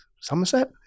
Somerset